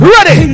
Ready